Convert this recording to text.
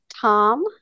tom